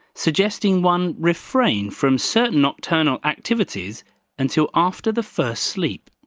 suggesting one refrain from certain nocturnal activities until after the first sleep.